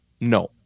No